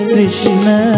Krishna